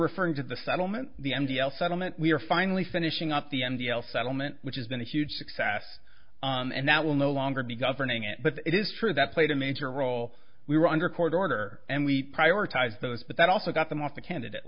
referring to the settlement the m t l settlement we are finally finishing up the m d l settlement which has been a huge success and that will no longer be governing it but it is true that played a major role we were under court order and we prioritize those but that also got them off the candidate